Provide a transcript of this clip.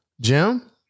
Jim